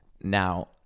Now